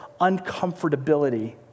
uncomfortability